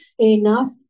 enough